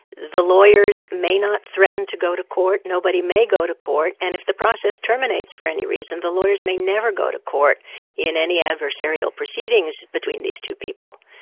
the lawyers may not threaten to go to court, nobody may go to court, and if the process terminates for any reason, the lawyers may never go to court in any adversarial proceedings between these two people.